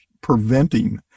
preventing